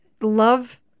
love